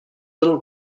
little